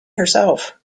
herself